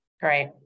Great